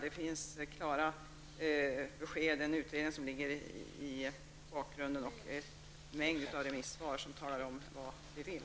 Det finns klara besked i de utredningar som ligger bakom och i många remissvar där vi talar om vad vi vill.